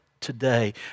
today